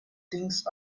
things